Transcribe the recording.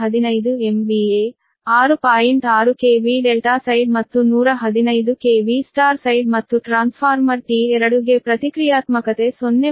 6 KV delta side ಮತ್ತು 115 KV Yಸ್ಟಾರ್ side ಮತ್ತು ಟ್ರಾನ್ಸ್ಫಾರ್ಮರ್ T2 ಗೆ ಪ್ರತಿಕ್ರಿಯಾತ್ಮಕತೆ 0